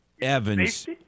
Evans